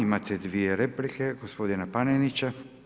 Imate dvije replike gospodina Panenića.